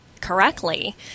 correctly